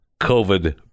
COVID